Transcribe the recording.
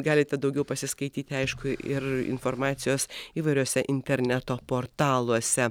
galite daugiau pasiskaityti aišku ir informacijos įvairiuose interneto portaluose